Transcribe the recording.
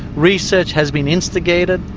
research has been instigated,